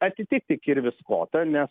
atitikti kirvis kotą nes